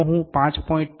જો હું 5